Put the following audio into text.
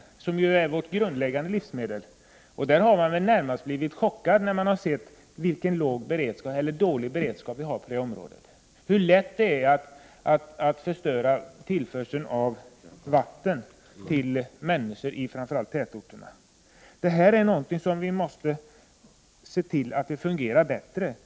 Vatten är ju vårt grundläggande livsmedel. Man har blivit närmast chockad över den dåliga beredskapen på detta område, av hur lätt det är att förstöra tillförseln av vatten till människor, framför allt i tätorterna. Detta är någonting vi måste se till så att det fungerar bättre.